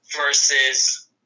versus